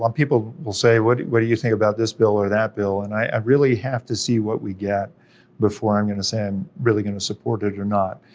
um people will say, what what do you think about this bill or that bill, and i really have to see what we get before i'm gonna say i'm really gonna support it or not.